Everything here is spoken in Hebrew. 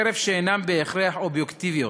חרף שאינן בהכרח אובייקטיביות,